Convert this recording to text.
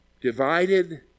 divided